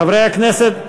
חברי הכנסת,